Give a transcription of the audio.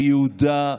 ביהודה,